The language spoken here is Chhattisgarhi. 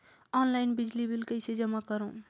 ऑनलाइन बिजली बिल कइसे जमा करव?